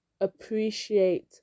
appreciate